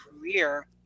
career